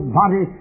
body